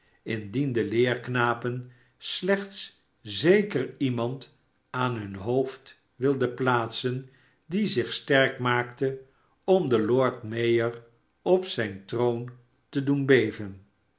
indien de leerknapen slechts zeker iemand aan hun hoofd wilden plaatsen die zich sterk maakte om den l o r d m a y o r op zijn troon te doen beven